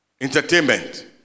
Entertainment